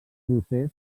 procés